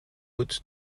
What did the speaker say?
good